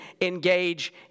engage